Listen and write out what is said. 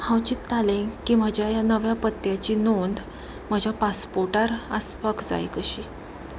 हांव चित्तालें की म्हज्या ह्या नव्या पत्त्याची नोंद म्हज्या पासपोर्टार आसपाक जाय कशी